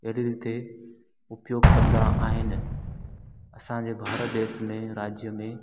अहिड़ी रीते उपयोग कंदा आहिनि असांजे भारत देश में राज्य में